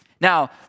Now